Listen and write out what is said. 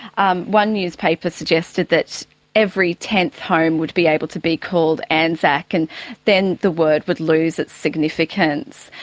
um one newspaper suggested that every tenth home would be able to be called anzac, and then the word would lose its significance.